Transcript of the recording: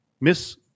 Miss